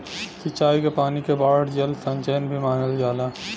सिंचाई क पानी के बाढ़ जल संचयन भी मानल जाला